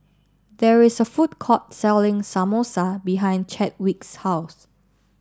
there is a food court selling Samosa behind Chadwick's House